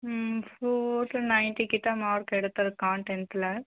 ம் so நயன்ட்டிகிட்ட mark எடுத்திருக்கான் டென்த்தில்